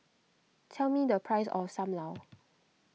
tell me the price of Sam Lau